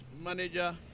manager